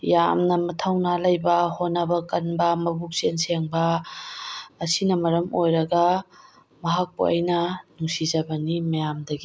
ꯌꯥꯝꯅ ꯃꯥꯊꯧꯅꯥ ꯂꯩꯕ ꯍꯣꯠꯅꯕ ꯀꯟꯕ ꯃꯕꯨꯛꯆꯦꯜ ꯁꯦꯡꯕ ꯑꯁꯤꯅ ꯃꯔꯝ ꯑꯣꯏꯔꯒ ꯃꯍꯥꯛꯄꯨ ꯑꯩꯅ ꯅꯨꯡꯁꯤꯖꯕꯅꯤ ꯃꯌꯥꯝꯗꯒꯤ